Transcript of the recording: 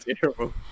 terrible